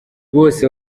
bose